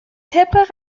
طبق